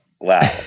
wow